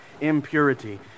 impurity